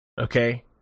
Okay